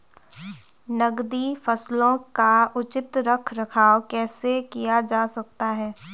नकदी फसलों का उचित रख रखाव कैसे किया जा सकता है?